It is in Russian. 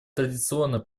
традиционно